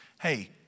hey